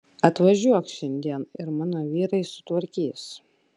atvažiuok šiandien ir mano vyrai sutvarkys